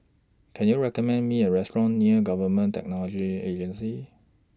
Can YOU recommend Me A Restaurant near Government Technology Agency